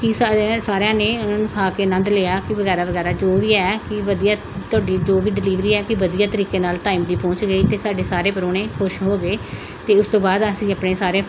ਕਿ ਸਾਰੇ ਸਾਰਿਆਂ ਨੇ ਖਾ ਕੇ ਆਨੰਦ ਲਿਆ ਅਤੇ ਵਗੈਰਾ ਵਗੈਰਾ ਜੋ ਵੀ ਹੈ ਕਿ ਵਧੀਆ ਤੁਹਾਡੀ ਜੋ ਵੀ ਡਿਲੀਵਰੀ ਹੈ ਵੀ ਵਧੀਆ ਤਰੀਕੇ ਨਾਲ ਟਾਈਮਲੀ ਪਹੁੰਚ ਗਈ ਅਤੇ ਸਾਡੇ ਸਾਰੇ ਪਰਾਹੁਣੇ ਖੁਸ਼ ਹੋ ਗਏ ਅਤੇ ਉਸ ਤੋਂ ਬਾਅਦ ਅਸੀਂ ਆਪਣੇ ਸਾਰੇ